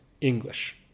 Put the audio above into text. English